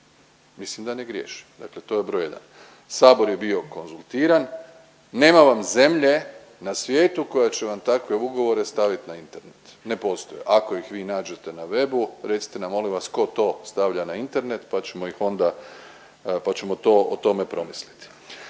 Mislim da ne griješim, dakle to je broj jedan. Sabor je bio konzultiran, nema vam zemlje na svijetu koja će vam takve ugovore stavit na Internet, ne postoji. Ako ih vi nađete na webu recite nam molim vas tko to stavlja na internet pa ćemo ih onda,